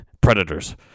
predators